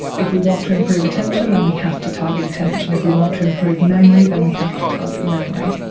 if we want to improve attention, then we have to target attention. if we want to improve memory, then we have to target memory.